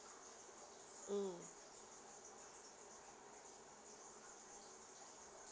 mm